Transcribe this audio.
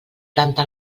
planta